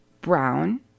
Brown